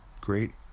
great